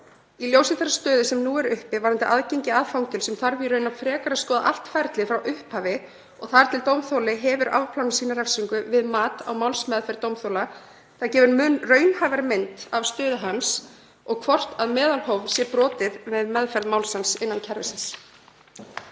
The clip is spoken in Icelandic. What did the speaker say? Í ljósi þeirrar stöðu sem nú er uppi varðandi aðgengi að fangelsum þarf í rauninni frekar að skoða allt ferlið frá upphafi og þar til dómþoli hefur afplánað sína refsingu við mat á málsmeðferð dómþola. Það gefur mun raunhæfari mynd af stöðu hans og hvort meðalhóf sé brotið við meðferð máls hans innan kerfisins.